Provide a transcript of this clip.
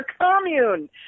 commune